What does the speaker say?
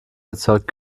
erzeugt